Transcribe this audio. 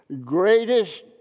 greatest